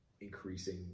increasing